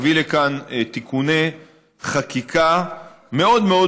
גם נביא לכאן תיקוני חקיקה מאוד מאוד